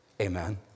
Amen